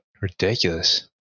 Ridiculous